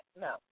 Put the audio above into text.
no